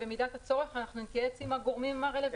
במידת הצורך אנחנו נתייעץ עם הגורמים הרלוונטיים.